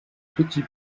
petit